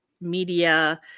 media